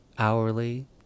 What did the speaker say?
hourly